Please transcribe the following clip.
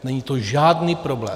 Není to žádný problém.